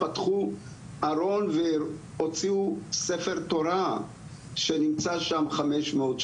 פתחו ארון והוציאו ספר תורה שנמצא שם חמש מאות שנה,